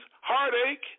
heartache